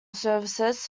services